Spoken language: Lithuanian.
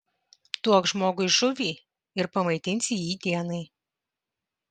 duok žmogui žuvį ir pamaitinsi jį dienai